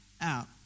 out